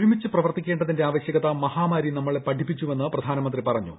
ഒരുമിച്ച് പ്രവർത്തിക്കേണ്ടതിന്റെ ആവശ്യക്ക്തു മഹാമാരി നമ്മളെ പഠിപ്പിച്ചുവെന്ന് പ്രധാനമന്ത്രി പറഞ്ഞൂ